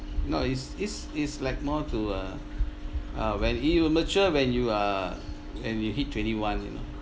no it's it's it's like more to uh uh when it will mature when you are and you hit twenty one you know